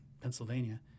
Pennsylvania